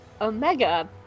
Omega